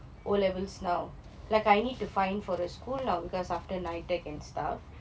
O levels now like I need to find for a school lah because after NITEC and stuff